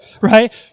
right